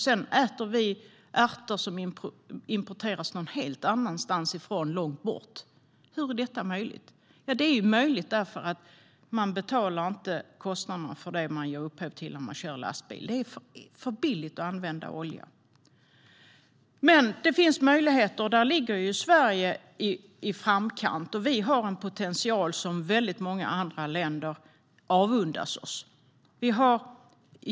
Sedan äter vi ärter som importeras någon helt annanstans ifrån - långt borta. Hur är detta möjligt? Det är möjligt för att man inte betalar kostnaderna för det man ger upphov till när man kör lastbil. Det är för billigt att använda olja. Det finns dock möjligheter, och där ligger Sverige i framkant. Vi har en potential som många andra länder avundas oss.